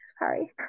sorry